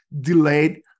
delayed